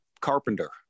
carpenter